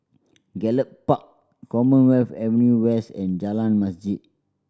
Gallop Park Commonwealth Avenue West and Jalan Masjid